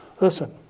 Listen